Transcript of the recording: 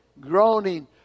groaning